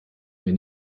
mir